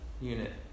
unit